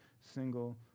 single